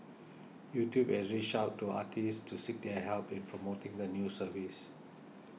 YouTube has reached out to artists to seek their help in promoting the new service